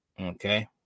Okay